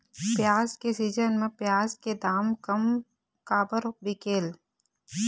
प्याज के सीजन म प्याज के दाम कम काबर बिकेल?